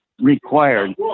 required